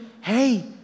Hey